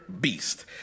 Beast